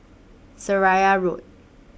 Seraya Road